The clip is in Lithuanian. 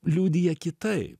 liudija kitaip